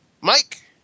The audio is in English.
Mike